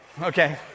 okay